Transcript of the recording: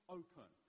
open